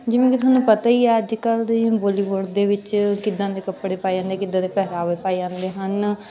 ਜਿਵੇਂ ਕਿ ਤੁਹਾਨੂੰ ਪਤਾ ਹੀ ਹੈ ਅੱਜ ਕੱਲ੍ਹ ਦੀ ਹੁਣ ਬੋਲੀਵੁੱਡ ਦੇ ਵਿੱਚ ਕਿੱਦਾਂ ਦੇ ਕੱਪੜੇ ਪਾਏ ਜਾਂਦੇ ਕਿੱਦਾਂ ਦੇ ਪਹਿਰਾਵੇ ਪਾਏ ਜਾਂਦੇ ਹਨ